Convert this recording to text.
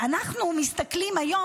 אנחנו מסתכלים היום,